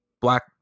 Black